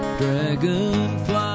dragonfly